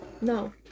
No